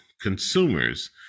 consumers